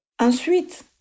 Ensuite